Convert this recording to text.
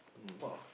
!wah!